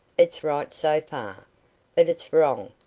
it's right so far but it's wrong,